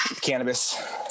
cannabis